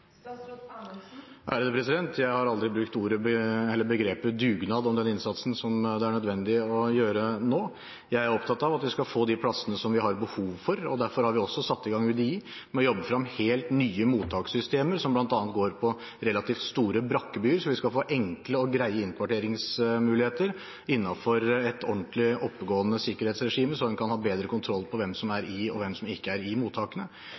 Jeg har aldri brukt begrepet «dugnad» om innsatsen det er nødvendig å gjøre nå. Jeg er opptatt av at vi skal få plassene vi har behov for. Derfor har vi også satt UDI i gang med å jobbe frem helt nye mottakssystemer som bl.a. går på relativt store brakkebyer, så vi kan få enkle og greie innkvarteringsmuligheter innenfor et ordentlig, oppegående sikkerhetsregime så en kan ha bedre kontroll på hvem som er i og ikke er i mottakene.